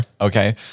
Okay